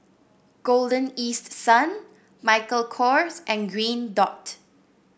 Golden East Sun Michael Kors and Green Dot